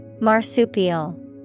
Marsupial